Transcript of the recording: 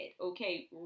okay